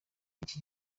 iki